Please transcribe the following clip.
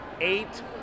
Eight